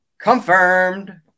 Confirmed